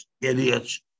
idiots